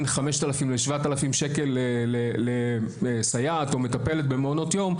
5,000 ל-7,000 שקל לסייעת או מטפלת במעונות יום,